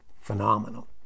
Phenomenal